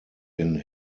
den